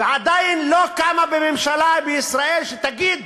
ועדיין לא קמה ממשלה בישראל שתגיד: